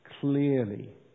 clearly